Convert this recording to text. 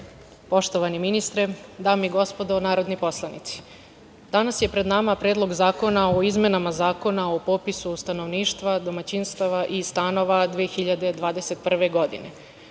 ministre, dame i gospodo narodni poslanici, danas je pred nama Predlog zakona o izmenama Zakona o popisu stanovništva, domaćinstava i stanova 2021. godine. Kako